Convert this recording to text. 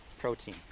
protein